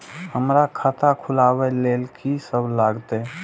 हमरा खाता खुलाबक लेल की सब लागतै?